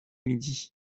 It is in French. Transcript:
midi